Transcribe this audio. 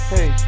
Hey